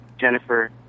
Jennifer